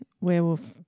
werewolf